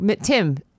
Tim